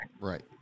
Right